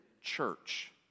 church